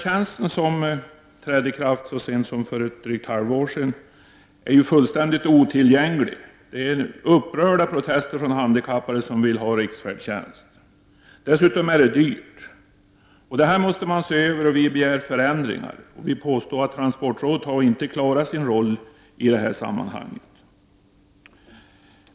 ten, som trädde i kraft så sent som för drygt ett halvår sedan, är fullständigt otillgänglig. Det kommer upprörda protester från handikappade som vill ha riksfärdtjänst. Dessutom är den dyr. Detta måste också ses över, och vi begär förändringar. Vi vill påstå att transportrådet inte har klarat sin roll i sammanhanget.